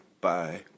Bye